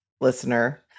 listener